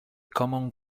common